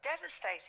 devastating